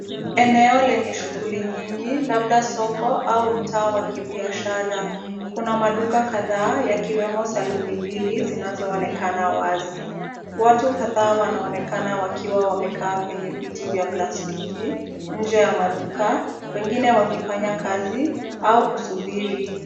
Eneo lenye shughuli nyingi labda soko au mtaa wa kibiashara. Kuna maduka kadhaa yakiwemo saluni mbili zinazoonekana wazi. Watu kadhaa wanaonekana wakiwa wamekaa kwenye viti vya plastiki nje ya maduka, wengine wakifanya kazi au kusubiri.